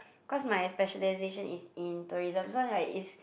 because my specialisation is in tourism so like it's